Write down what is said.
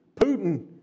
Putin